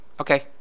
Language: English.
okay